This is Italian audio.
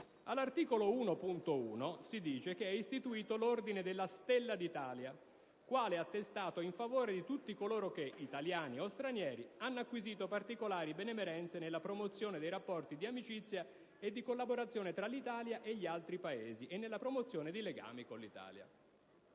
All'articolo 1, comma 1, si dice che «è istituito l'Ordine della "Stella d'Italia" quale attestato in favore di tutti coloro che, italiani o stranieri, hanno acquisito particolari benemerenze nella promozione dei rapporti di amicizia e collaborazione tra l'Italia e gli altri Paesi e nella promozione dei legami con l'Italia».